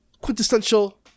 Quintessential